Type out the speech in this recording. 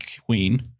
queen